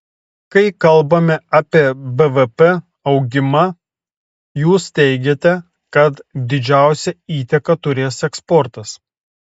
kai kalbame apie bvp augimą jūs teigiate kad didžiausią įtaką turės eksportas